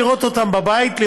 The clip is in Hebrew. לראות אותם בבית,